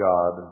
God